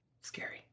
Scary